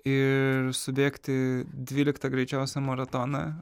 ir subėgti dvyliktą greičiausią maratoną